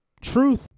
Truth